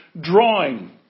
drawing